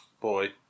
boy